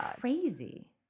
crazy